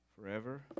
forever